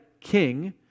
king